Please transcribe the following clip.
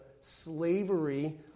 slavery